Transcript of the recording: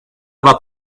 about